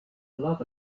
lot